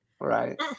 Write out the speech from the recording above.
Right